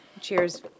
Cheers